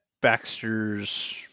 Baxter's